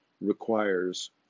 requires